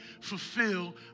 fulfill